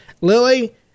Lily